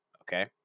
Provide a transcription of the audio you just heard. Okay